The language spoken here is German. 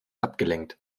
abgelenkt